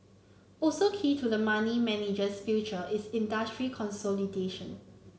also key to the money manager's future is industry consolidation